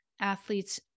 athletes